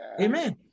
Amen